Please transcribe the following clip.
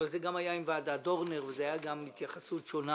אבל זה גם היה עם ועדת דורנר והייתה גם התייחסות שונה